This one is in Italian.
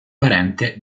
parente